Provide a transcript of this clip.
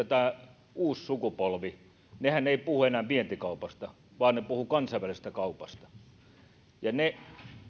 tämä uusi sukupolvihan ei puhu enää vientikaupasta vaan he puhuvat kansainvälisestä kaupasta ja minulla on semmoinen harras usko että ne